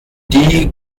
die